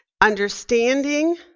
understanding